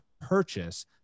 purchase